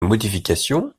modification